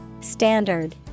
Standard